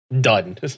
done